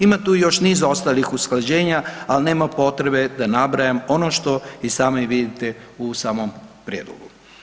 Ima tu još niz ostalih usklađenja ali nema potrebe da nabrajam ono što i sami vidite u samom prijedlogu.